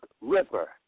ripper